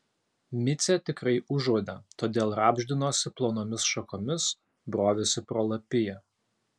micė tikrai užuodė todėl rabždinosi plonomis šakomis brovėsi pro lapiją